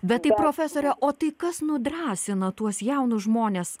bet tai profesore o tai kas nudrąsino tuos jaunus žmones